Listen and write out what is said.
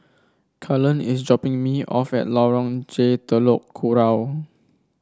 Cullen is dropping me off at Lorong J Telok Kurau